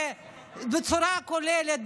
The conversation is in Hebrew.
זה בצורה כוללת,